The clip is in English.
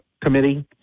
Committee